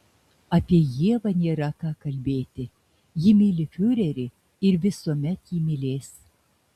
apie ievą nėra ką kalbėti ji myli fiurerį ir visuomet jį mylės